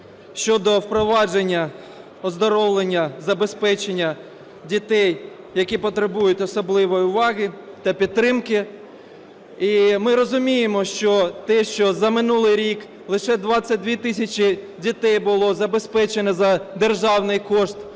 щодо впровадження оздоровлення забезпечення дітей, які потребують особливої уваги та підтримки. І ми розуміємо, що те, що за минулий рік лише 22 тисячі дітей було забезпечено за державний кошт